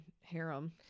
harem